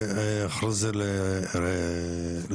ולאחר מכן לריחאניה.